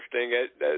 interesting